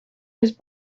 his